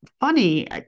funny